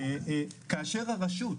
כאשר הרשות,